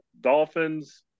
Dolphins